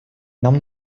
нам